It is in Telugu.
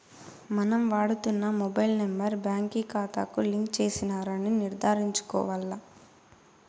మనం వాడుతున్న మొబైల్ నెంబర్ బాంకీ కాతాకు లింక్ చేసినారని నిర్ధారించుకోవాల్ల